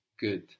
Good